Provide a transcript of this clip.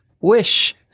wish